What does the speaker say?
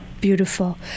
beautiful